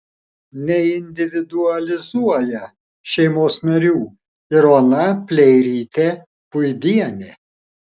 neindividualizuoja šeimos narių ir ona pleirytė puidienė